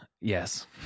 Yes